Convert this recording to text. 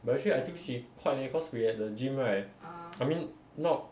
but actually I think she quite leh cause we at the gym right I mean not